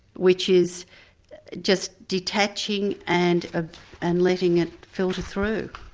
which is just detaching and ah and letting it filter through.